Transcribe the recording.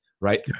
right